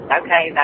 okay